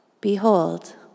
Behold